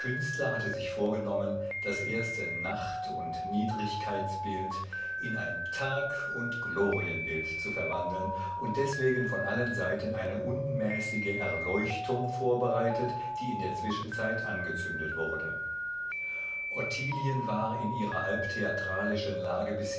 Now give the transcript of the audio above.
hatte sich vorgenommen das erste nacht und niedrigkeitsbild in ein tag und glorienbild zu verwandeln und deswegen von allen seiten eine unmäßige erleuchtung vorbereitet die in der zwischenzeit angezündet wurde ottilien war in ihrer halb theatralischen lage